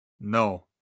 No